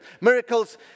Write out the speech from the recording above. Miracles